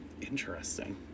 Interesting